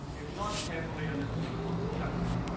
if not carefully understood or conducted,